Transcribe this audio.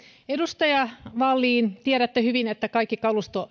edustaja wallin tiedätte hyvin että kaikki kalusto